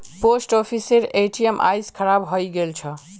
post ऑफिसेर ATM आइज खराब हइ गेल छ